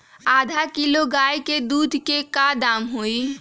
आधा किलो गाय के दूध के का दाम होई?